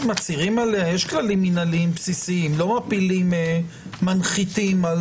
יש כללים מינהליים בסיסיים ולא מנחיתים על